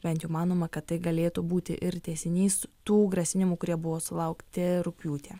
bent jau manoma kad tai galėtų būti ir tęsinys tų grasinimų kurie buvo sulaukti rugpjūtį